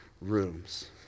rooms